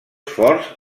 forts